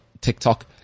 TikTok